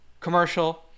commercial